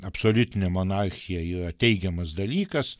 absoliutinė monarchija yra teigiamas dalykas